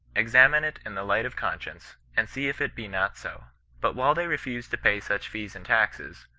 examine it in the light of conscience, and see if it be not so but while they refrised to pay such fees and taxes,